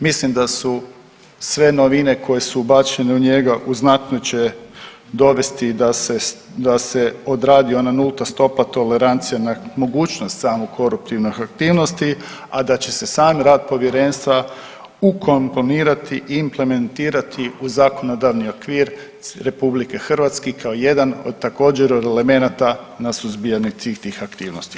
Mislim da su sve novine koje su ubačene u njega u znatno će dovesti da se odradi ona nulta stopa tolerancije na mogućnost same koruptivne aktivnosti, a da će se sam rad povjerenstva ukomponirati i implementirati u zakonodavni okvir RH kao jedan od također elemenata na suzbijanju tih aktivnosti.